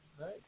Right